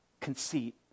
Conceit